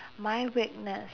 my weakness